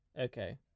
Okay